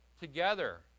together